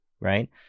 Right